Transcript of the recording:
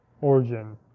Origin